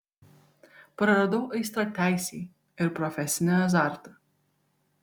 praradau aistrą teisei ir profesinį azartą